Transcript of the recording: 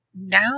now